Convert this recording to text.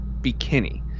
Bikini